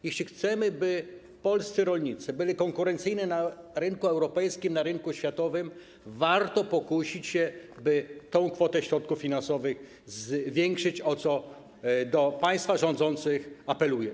Jeśli chcemy, by polscy rolnicy byli konkurencyjni na rynku europejskim, na rynku światowym, warto pokusić się, by tę kwotę środków finansowych zwiększyć, o co do państwa rządzących apeluję.